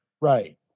Right